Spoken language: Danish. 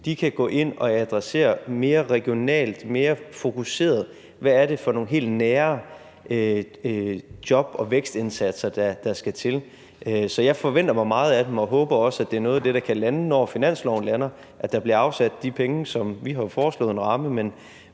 de kan gå ind og adressere mere regionalt, mere fokuseret, hvad det er for nogle helt nære job- og vækstindsatser, der skal til. Så jeg forventer mig meget af dem og håber også, at det er noget af det, der kan lande, når finansloven lander, og at der bliver afsat penge til det. Vi har foreslået en ramme, men